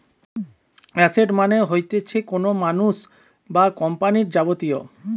asset মানে হতিছে কোনো মানুষ বা কোম্পানির যাবতীয়